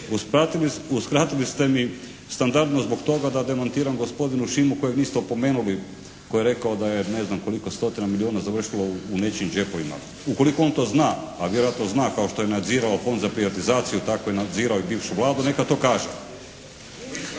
Uskratili ste mi standardno zbog toga da demantiram gospodina Šimu kojeg niste opomenuli koje je rekao da je ne znam koliko stotina milijuna završilo u nečijim džepovima. Ukoliko on to zna, a vjerojatno zna kao što je nadzirao Fond za privatizaciju tako je nadzirao i bivšu Vladu neka to kaže.